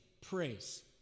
Praise